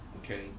okay